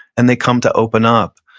and they come to open up.